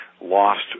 lost